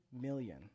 million